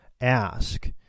ask